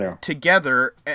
together